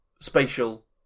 spatial